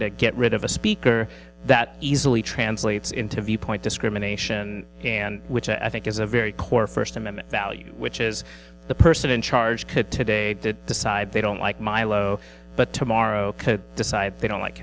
to get rid of a speaker that easily translates into viewpoint discrimination and which i think is a very core first amendment value which is the person in charge could today did decide they don't like milo but tomorrow could decide they don't like